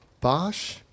Bosch